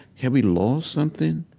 have we lost something?